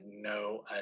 no